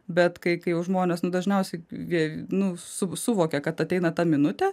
bet kai kai jau žmonės nu dažniausiai jie su suvokia kad ateina ta minutė